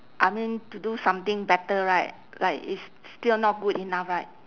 I mean to do something better right like it's still not good enough right